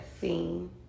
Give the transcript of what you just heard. scene